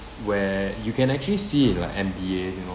where you can actually see in like N_B_As you know